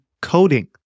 coding